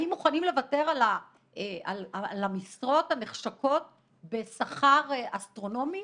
האם מוכנים לוותר על המשרות הנחשקות בשכר אסטרונומי?!